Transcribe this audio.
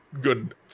good